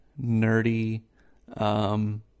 nerdy